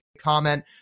comment